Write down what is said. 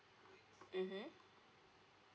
mmhmm